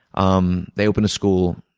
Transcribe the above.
um they open a school,